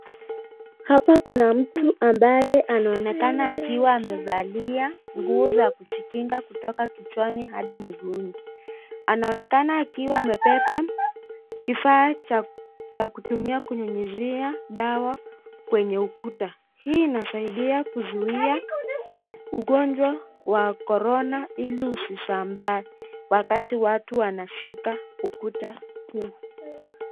Hapa kuna mtu ambaye anaonekana akiwa amevalia nguo za kujikinga kutoka kichwani hadi miguuni. Anaonekana akiwa amebeba kifaa cha kutumia kunyunyizia dawa kwenye ukuta. Hii inasaidia kuzuia ugonjwa wa Corona ili usisambae wakati watu wanashika ukuta huo.